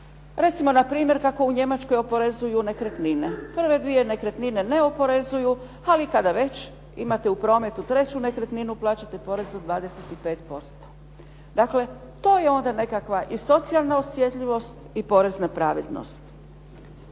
Recimo npr. kako u Njemačkoj oporezuje nekretnine, prve dvije nekretnine ne oporezuju ali kada već imate u prometu treću nekretninu plaćate porez od 25%. Dakle, to je onda nekakva i socijalna osjetljivost i porezna pravednost.